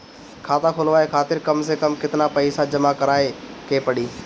खाता खुलवाये खातिर कम से कम केतना पईसा जमा काराये के पड़ी?